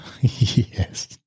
Yes